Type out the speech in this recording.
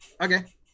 Okay